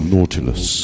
Nautilus